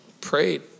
prayed